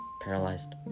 paralyzed